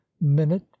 minute